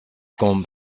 comme